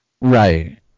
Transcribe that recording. Right